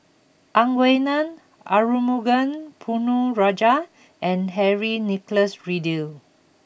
Ang Wei Neng Arumugam Ponnu Rajah and Henry Nicholas Ridley